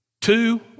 Two